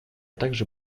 также